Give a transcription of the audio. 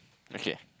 okay